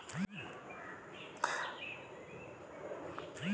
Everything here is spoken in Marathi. मागणी कर्ज ह्या अल्प मुदतीची कर्जा असतत